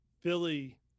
philly